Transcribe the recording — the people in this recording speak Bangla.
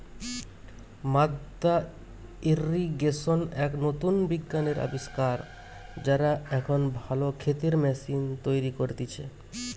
মাদ্দা ইর্রিগেশন এক নতুন বিজ্ঞানের আবিষ্কার, যারা এখন ভালো ক্ষেতের ম্যাশিন তৈরী করতিছে